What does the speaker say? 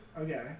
Okay